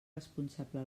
responsable